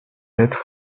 être